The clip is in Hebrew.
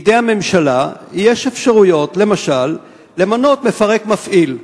בידי הממשלה יש אפשרויות, למשל למנות מפרק מפעיל.